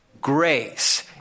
grace